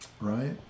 right